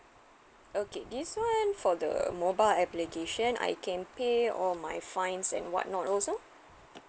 okay this [one] for the mobile application I can pay all my fines and what not also